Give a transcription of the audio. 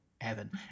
Evan